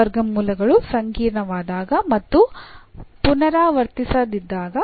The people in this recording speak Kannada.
ವರ್ಗಮೂಲಗಳು ಸಂಕೀರ್ಣವಾದಾಗ ಮತ್ತು ಪುನರಾವರ್ತಿಸದಿದ್ದಾಗ